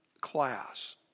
class